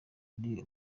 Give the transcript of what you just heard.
ari